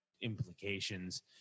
implications